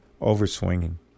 over-swinging